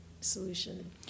solution